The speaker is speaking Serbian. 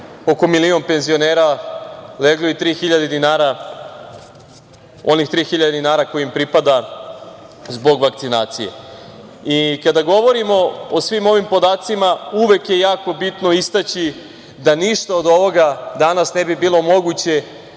oko milion penzionera leglo 3.000 dinara koje im pripada zbog vakcinacije. Kada govorimo o svim ovim podacima, uvek je jako bitno istaći da ništa od ovoga danas ne bi bilo moguće